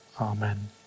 Amen